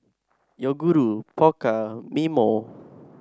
Yoguru Pokka and Mimeo